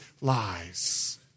lies